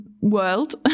world